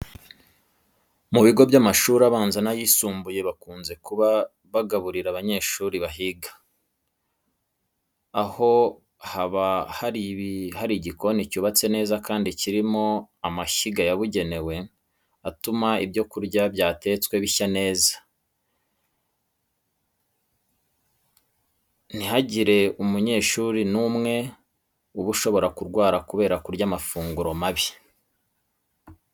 Mu bigo by'amashuri abanza n'ayisumbuye bakunze kuba bagaburira abanyeshuri bahiga, aho haba hari igikoni cyubatse neza kandi kirimo n'amashyiga yabugenewe atuma ibyo kurya byatetswe bishya neza ntihagire umunyeshuri n'umwe uba ashobora kurwara kubera kurya amafunguro mabi.